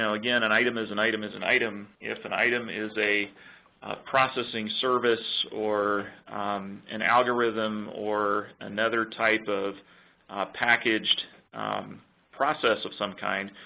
again, an item is an item is an item. if an item is a processing service, or an algorithm or another type of packaged process of some kind,